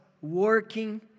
working